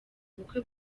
bukwe